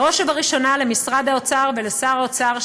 בראש ובראשונה למשרד האוצר ולשר האוצר,